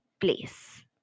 place